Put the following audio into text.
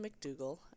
McDougall